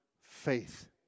faith